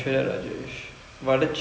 mm ya ya